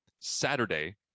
saturday